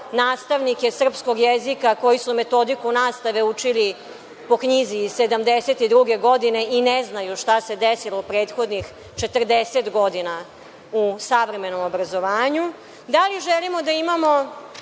nastavnike srpskog jezika koji su metodiku nastave učili po knjizi iz 1972. godine i ne znaju šta se desilo prethodnih 40 godina u savremenom obrazovanju? Da li želimo da imamo